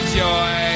joy